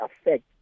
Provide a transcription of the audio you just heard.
affect